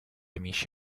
amici